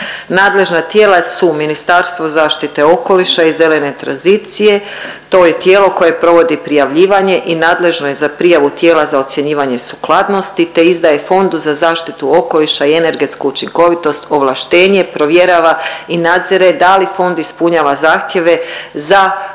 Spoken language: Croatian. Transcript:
Nadležna tijela su Ministarstvo zaštite okoliša i zelene tranzicije, to je tijelo koje provodi prijavljivanje i nadležno je za prijavu tijela za ocjenjivanje sukladnosti te izdaje Fondu za zaštitu okoliša i energetsku učinkovitost ovlaštenje, provjerava i nadzire da li fond ispunjava zahtjeve za proširenu